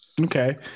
Okay